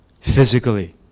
physically